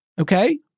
okay